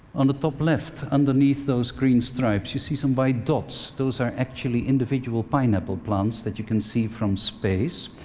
on the top left, underneath those green stripes, you see some white dots those are actually individual pineapple plants that you can see from space.